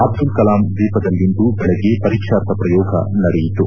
ಅಬ್ದುಲ್ ಕಲಾಂ ದ್ವೀಪದಲ್ಲಿಂದು ಬೆಳಗ್ಗೆ ಪರೀಕ್ಷಾರ್ಥ ಪ್ರಯೋಗ ನಡೆಯಿತು